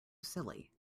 silly